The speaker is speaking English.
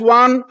one